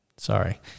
Sorry